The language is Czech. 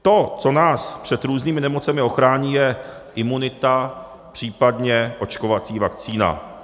To, co nás před různými nemocemi ochrání, je imunita, případně očkovací vakcína.